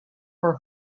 for